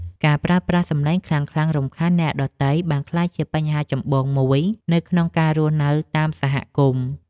ការប្រើប្រាស់សំឡេងខ្លាំងៗរំខានអ្នកដទៃបានក្លាយជាបញ្ហាចម្បងមួយនៅក្នុងការរស់នៅតាមសហគមន៍។